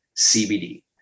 CBD